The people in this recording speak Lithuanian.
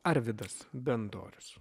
arvidas bendorius